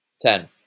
Ten